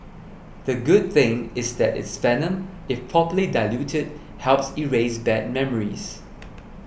the good thing is that it's venom if properly diluted helps erase bad memories